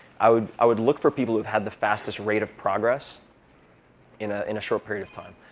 i would i would look for people who have had the fastest rate of progress in ah in a short period of time.